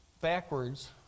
backwards